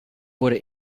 worden